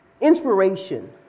inspiration